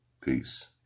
Peace